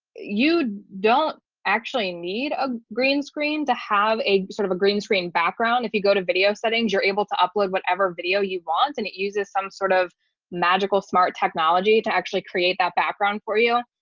you don't actually need a green screen to have a sort of a green screen background. if you go to video settings, you're able to upload whatever video you want, and it uses some sort of magical smart technology to actually create that background for you.